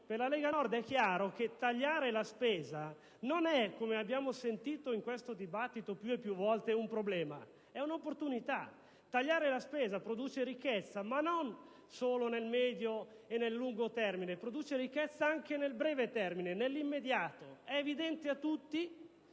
Per la Lega Nord è chiaro che tagliare la spesa non è - come abbiamo sentito più volte nel corso di questo dibattito - un problema, ma un'opportunità. Tagliare la spesa produce ricchezza, e non solo nel medio e nel lungo termine: produce ricchezza anche nel breve termine, nell'immediato. È evidente a tutti